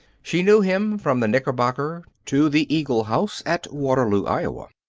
she knew him from the knickerbocker to the eagle house at waterloo, iowa.